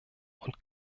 und